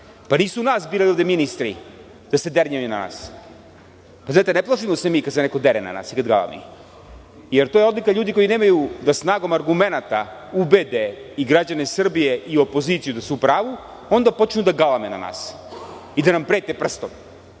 Nisu nas ovde ministri birali da se dernjaju na nas. Ne plašimo se mi kada se neko dere na nas ili drami, jer to je odlika ljudi koji nemaju snagu argumenata da ubede građane Srbije i opoziciju da su u pravu, onda počnu da galame na nas i da nam prete prstom.